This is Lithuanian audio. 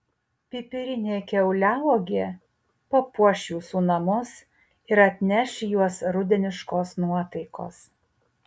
pipirinė kiauliauogė papuoš jūsų namus ir atneš į juos rudeniškos nuotaikos